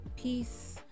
peace